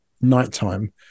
nighttime